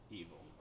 evil